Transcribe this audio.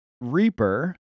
Reaper